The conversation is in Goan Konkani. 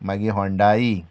मागीर ह्युंडाय